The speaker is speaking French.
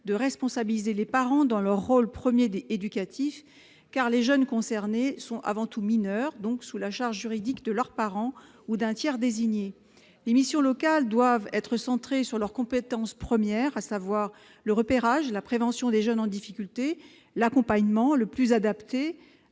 de responsabiliser les parents dans leur rôle premier éducatif, car les jeunes concernés sont avant tout mineurs, c'est-à-dire sous la responsabilité juridique de leurs parents ou d'un tiers désigné. Les missions locales doivent être centrées sur leur compétence première, qui consiste dans le repérage, la prévention du décrochage des jeunes en difficulté et l'accompagnement le mieux adapté,